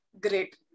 great